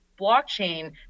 blockchain